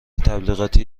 تبلیغاتی